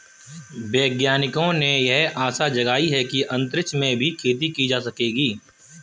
वैज्ञानिकों ने यह आशा जगाई है कि अंतरिक्ष में भी खेती की जा सकेगी